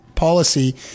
policy